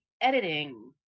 editing